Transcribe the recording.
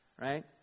right